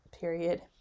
period